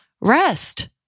Rest